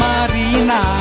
Marina